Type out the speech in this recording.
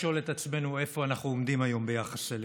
לשאול עצמנו איפה אנחנו עומדים היום ביחס אליה.